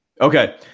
Okay